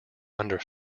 under